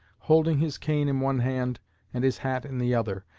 holding his cane in one hand and his hat in the other,